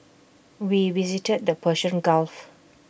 we visited the Persian gulf